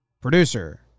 producer